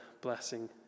blessing